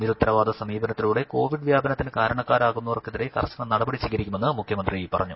നിരുത്തരവാദ സമീപനത്തിലൂടെ കോവിഡ് വ്യാപനത്തിന് കാരണക്കാർ ആകുന്നവർക്കെതിരെ കർശന നടപടി സ്വീകരിക്കുമെന്ന് മുഖ്യമന്ത്രി പറഞ്ഞു